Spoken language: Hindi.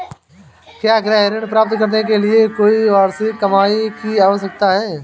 क्या गृह ऋण प्राप्त करने के लिए कोई वार्षिक कमाई की आवश्यकता है?